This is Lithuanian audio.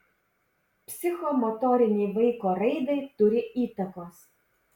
psichomotorinei vaiko raidai turi įtakos